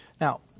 Now